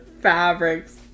Fabrics